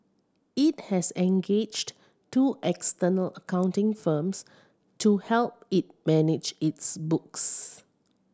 it has engaged two external accounting firms to help it manage its books